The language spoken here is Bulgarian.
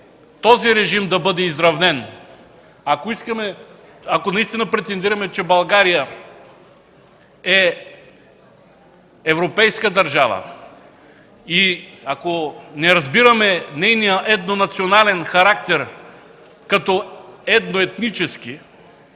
този режим да бъде изравнен. Ако наистина претендираме, че България е европейска държава и ако не разбираме нейния етнонационален характер като едно етнически,